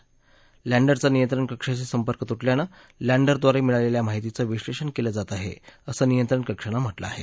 त्यानंतर लँडरचा नियंत्रण कक्षाशी संपर्क तुटल्यानं लँडरद्वारे मिळालेल्या माहितीचं विश्नेषण केलं जात आहे असं नियंत्रण कक्षानं म्हटलं आहे